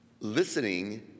listening